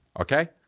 Okay